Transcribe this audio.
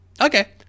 Okay